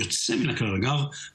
אני מתכבד להזמין את שר האנרגיה